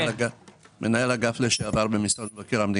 מנהל אגף לשעבר במשרד מבקר המדינה.